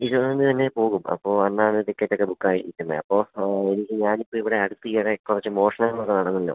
ഇരുപതാം തീയതി തന്നെ പോകും അപ്പോള് അന്നാണ് ടിക്കറ്റൊക്കെ ബുക്കായിരിക്കുന്നത് അപ്പോള് ആ എനിക്ക് ഞാനിപ്പോള് ഇവിടെ അടുത്തയിടെ കുറച്ച് മോഷണങ്ങളൊക്കെ നടന്നല്ലോ